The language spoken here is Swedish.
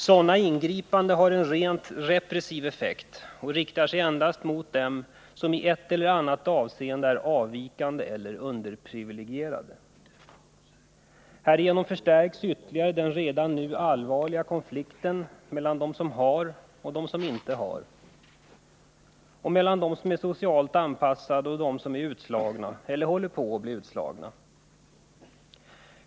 Sådana ingripanden har en rent repressiv effekt och riktar sig endast mot dem som i ett eller annat avseende är avvikande eller underprivilegierade. Härigenom förstärks ytterligare den redan nu allvarliga konflikten mellan dem som har och dem som inte har, mellan dem som är socialt anpassade och dem som är utslagna eller håller på att bli utslagna.